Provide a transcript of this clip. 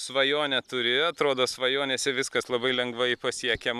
svajonę turi atrodo svajonėse viskas labai lengvai pasiekiama